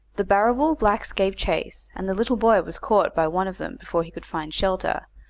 the barrabool blacks gave chase, and the little boy was caught by one of them before he could find shelter,